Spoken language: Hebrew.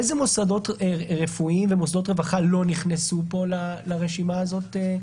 איזה מוסדות רפואיים ומוסדות רווחה לא נכנסו כאן לרשימה הזאת?